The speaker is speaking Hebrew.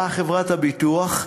באה חברת הביטוח,